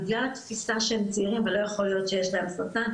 בגלל התפיסה שהם צעירים ולא יכול להיות שיש להם סרטן.